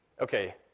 Okay